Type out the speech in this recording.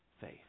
faith